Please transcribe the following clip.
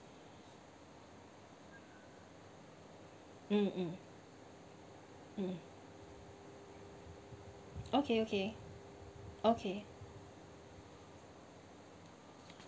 mm mm mm okay okay okay